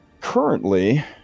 Currently